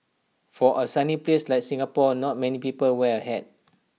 for A sunny place like Singapore not many people wear A hat